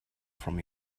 from